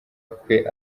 kwe